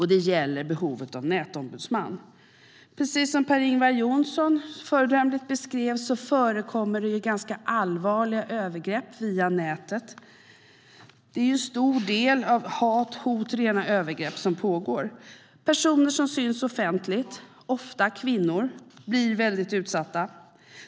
Det gäller behovet av en nätombudsman. Precis som Per-Ingvar Johnsson föredömligt beskrev förekommer det ganska allvarliga övergrepp via nätet. Det pågår i stor utsträckning hat, hot och rena övergrepp. Personer som syns offentligt, ofta kvinnor, blir väldigt utsatta.